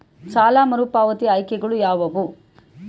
ಸಾಲ ಮರುಪಾವತಿ ಆಯ್ಕೆಗಳು ಯಾವುವು?